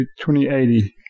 2080